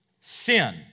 sin